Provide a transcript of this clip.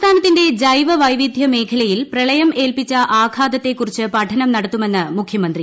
സംസ്ഥാനത്തിന്റെ ജൈവ്ട്ട്രെവ്പിധൃ മേഖലയിൽ പ്രളയം ഏൽപിച്ച ആഘാതത്തെക്കുറിച്ച് പഠനം നടത്തുമെന്ന് മുഖ്യമന്ത്രി